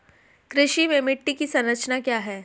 कृषि में मिट्टी की संरचना क्या है?